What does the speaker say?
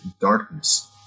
darkness